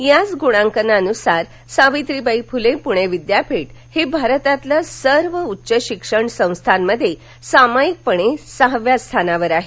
याच गूणांकनानुसार सावित्रीबाई फुले पूणे विद्यापीठ हे भारतातील सर्व उच्च शिक्षण संस्थांमध्ये सामाईकपणे सहाव्या स्थानावर आहे